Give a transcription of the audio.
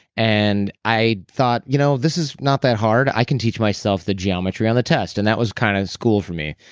and i thought, you know this is not that hard. i can teach myself the geometry on the test, and that was kind of school for me.